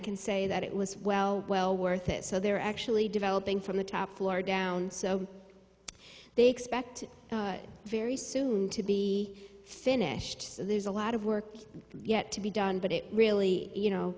can say that it was well well worth it so they're actually developing from the top floor down so they expect very soon to be finished so there's a lot of work yet to be done but it really you